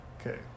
Okay